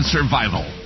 Survival